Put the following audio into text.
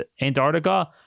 Antarctica